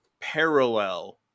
parallel